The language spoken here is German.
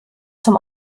zum